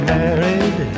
married